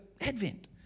Advent